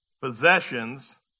possessions